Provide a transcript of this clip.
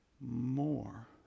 more